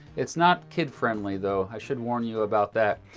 it's not kid-friendly, though. i should warn you about that.